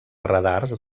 radars